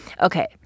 Okay